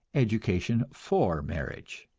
education for marriage.